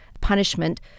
punishment